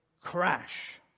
crash